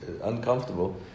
uncomfortable